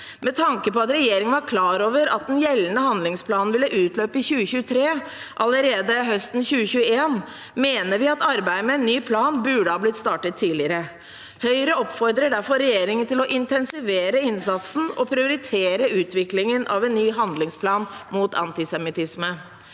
Med tanke på at regjeringen allerede høsten 2021 var klar over at den gjeldende handlingsplanen ville utløpe i 2023, mener vi at arbeidet med en ny plan burde ha blitt startet tidligere. Høyre oppfordrer derfor regjeringen til å intensivere innsatsen og prioritere utviklingen av en ny handlingsplan mot antisemittisme.